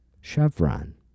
Chevron